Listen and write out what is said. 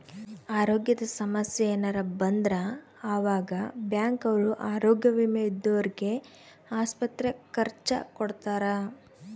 ಅರೋಗ್ಯದ ಸಮಸ್ಸೆ ಯೆನರ ಬಂದ್ರ ಆವಾಗ ಬ್ಯಾಂಕ್ ಅವ್ರು ಆರೋಗ್ಯ ವಿಮೆ ಇದ್ದೊರ್ಗೆ ಆಸ್ಪತ್ರೆ ಖರ್ಚ ಕೊಡ್ತಾರ